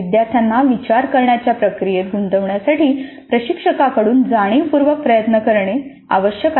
विद्यार्थ्यांना विचार करण्याच्या प्रक्रियेत गुंतवण्यासाठी प्रशिक्षकाकडून जाणीवपूर्वक प्रयत्न करणे आवश्यक आहे